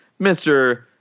Mr